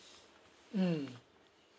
mm